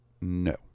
no